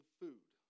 food